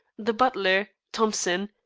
the butler, thompson,